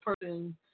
person